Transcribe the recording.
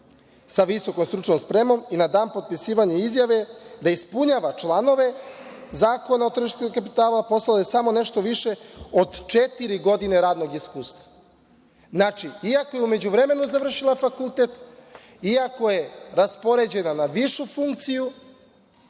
sa visokom stručnom spremom i na dan potpisivanja izjave da ispunjava članove Zakona o tržištu kapitala postala je sa samo nešto više od četiri godine radnog iskustva. Znači, iako je u međuvremenu završila fakultet, iako je raspoređena na višu funkciju,